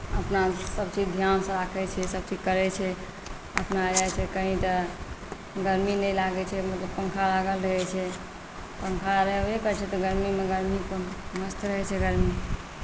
अपना सभचीज ध्यानसँ राखैत छै सभचीज करैत छै अपना जाइत छै कहीँ तऽ गर्मी नहि लागैत छै लोककेँ पंखा लागल रहैत छै पङ्खा रहबे करैत छै तऽ गर्मीमे गर्मी कोन मस्त रहैत छै गर्मी